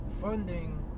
funding